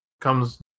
comes